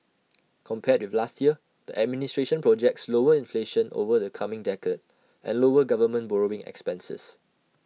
compared with last year the administration projects lower inflation over the coming decade and lower government borrowing expenses